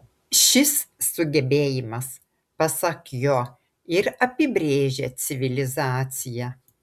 šis sugebėjimas pasak jo ir apibrėžia civilizaciją